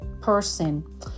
person